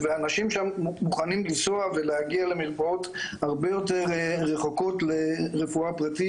ואנשים שם מוכנים לנסוע ולהגיע למרפאות הרבה יותר רחוקות לרפואה פרטית,